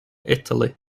italy